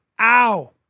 Ow